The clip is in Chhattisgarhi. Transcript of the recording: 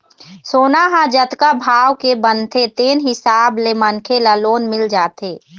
सोना ह जतका भाव के बनथे तेन हिसाब ले मनखे ल लोन मिल जाथे